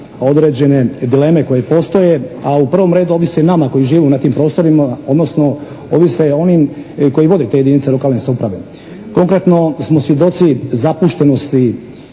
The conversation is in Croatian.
određene dileme koje postoje, a u prvom redu ovisi o nama koji živimo na tim prostorima, odnosno ovise o onim koji vode te jedinice lokalne samouprave. Konkretno smo svjedoci zapuštenosti